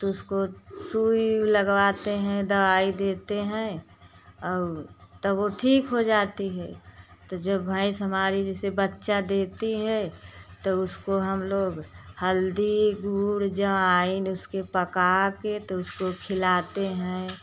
तो उसको सुई वुई लगवाते हैं दवाई देते हैं और तब वह ठीक हो जाती है तो जब भैंस हमारी जैसे बच्चा देती है त उसको हम लोग हल्दी गुड़ अजवाइन उसके पका कर तो तो उसको खिलाते हैं